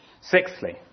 Sixthly